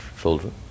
children